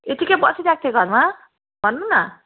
यतिकै बसिरहेको थिएँ घरमा भन्नु न